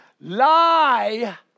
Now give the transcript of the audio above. Lie